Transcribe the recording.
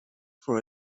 for